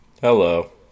Hello